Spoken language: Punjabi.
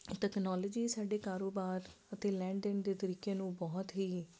ਤਕਨੋਲੋਜੀ ਸਾਡੇ ਕਾਰੋਬਾਰ ਅਤੇ ਲੈਣ ਦੇਣ ਦੇ ਤਰੀਕੇ ਨੂੰ ਬਹੁਤ ਹੀ